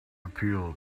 appeal